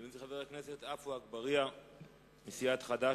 אני מזמין את חבר הכנסת עפו אגבאריה מסיעת חד"ש.